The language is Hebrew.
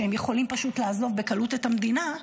שהם יכולים פשוט לעזוב בקלות את המדינה,